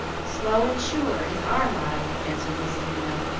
slow and sure is our motto, answered mrs. minot,